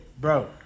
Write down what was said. bro